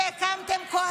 שהקמתם קואליציה,